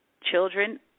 children